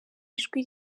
ijwi